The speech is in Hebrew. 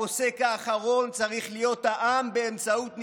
הפוסק האחרון צריך להיות העם, באמצעות נבחריו.